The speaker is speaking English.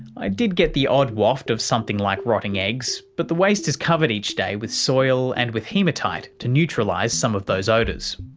i did get the odd waft of something like rotting eggs. but the waste is covered each day with soil and with hematite to neutralise some of those odours.